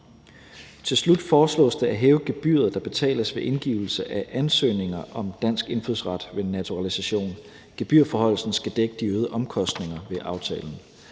Til slut foreslås det at hæve gebyret, der betales ved indgivelse af ansøgninger om dansk indfødsret ved naturalisation. Gebyrforhøjelsen skal dække de øgede omkostninger ved aftalen.